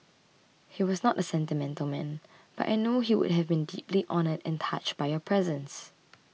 he was not a sentimental man but I know he would have been deeply honoured and touched by your presence